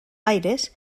aires